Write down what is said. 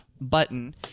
button